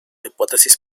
hipótesis